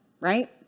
right